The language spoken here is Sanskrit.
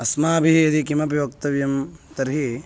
अस्माभिः यदि किमपि वक्तव्यं तर्हि